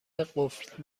قفل